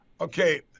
Okay